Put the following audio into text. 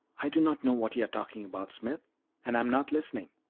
i do not know what you are talking about, smith and i am not listening.